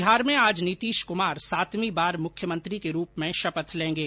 बिहार में आज नीतीश कुमार सातवीं बार मुख्यमंत्री के रूप में शपथ लेंगे